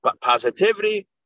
positivity